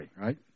Right